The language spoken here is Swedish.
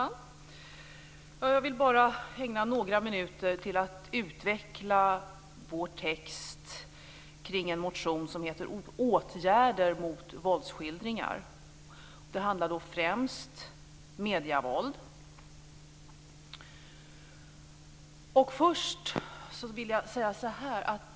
Fru talman! Jag vill ägna några minuter till att utveckla vår text kring en motion som heter Åtgärder mot våldsskildringar. Det handlar främst om medievåld.